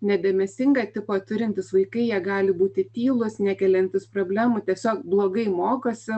nedėmesingą tipą turintys vaikai jie gali būti tylūs nekeliantys problemų tiesiog blogai mokosi